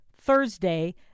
Thursday